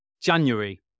January